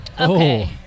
Okay